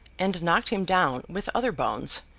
and knocked him down with other bones,